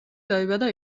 დაიბადა